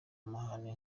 amahane